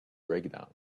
breakdown